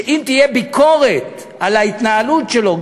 שאם תהיה ביקורת על ההתנהלות שלו,